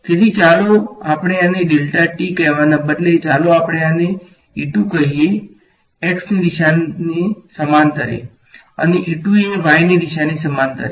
તેથી ચાલો આપણે આને કહેવાના બદલે ચાલો આપણે આને કહીયે xની દિશાને સમાંતરે અને એ y દિશાની સમાંતરે